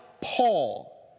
Paul